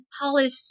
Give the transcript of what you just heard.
Polish